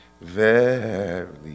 Verily